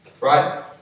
Right